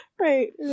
Right